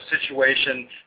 situation